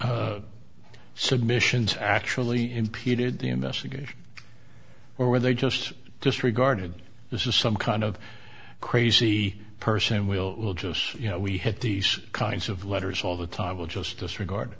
e submissions actually impeded the investigation or were they just disregarded this is some kind of crazy person and we'll just you know we had these kinds of letters all the time we'll just disregard